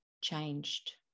changed